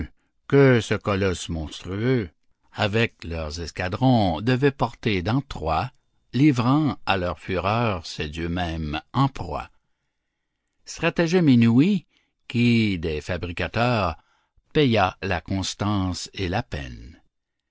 que ce colosse monstrueux avec leurs escadrons devait porter dans troie livrant à leur fureur ses dieux mêmes en proie stratagème inouï qui des fabricateurs paya la constance et la peine